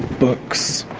books,